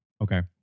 Okay